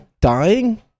dying